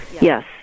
Yes